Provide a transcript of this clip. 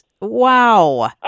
Wow